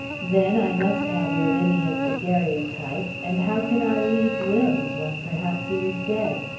then, i must have lavinia's daguerreotype, and how could i leave will's, when perhaps he was dead?